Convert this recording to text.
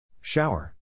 Shower